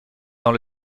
dans